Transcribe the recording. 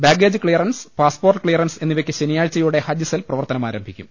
baggage clearance passport clearance എന്നിവയ്ക്ക് ശനിയാഴ്ചയോടെ ഹജ്ജ് സെൽ പ്രവർത്തനമാരംഭിക്കും